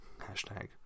hashtag